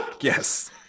yes